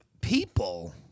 people